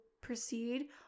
proceed